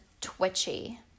twitchy